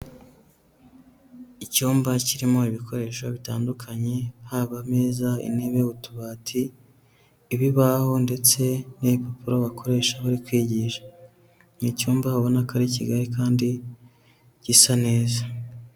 Icyumba kirimo ibikoresho bitandukanye haba ameza, intebe, utubati, ibibaho ndetse n'ibipapuro bakoresha bari kwigisha, ni icyumba ubona ko ari kigari kandi gisa neza.